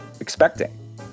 expecting